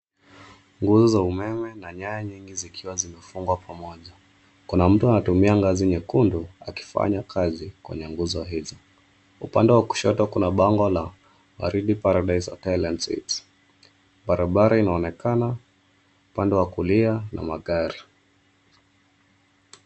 Nguzo za umeme na nyaya nyingi zikiwa zimefungwa pamoja. Kuna mtu anatumia ngazi nyekundu akifanya kazi kwenye nguzo hizo. Upande wa kushoto kuna bango la Waridi Paradise Hotel and Suites. Barabara inaonekana upande wa kulia na magari.